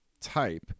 type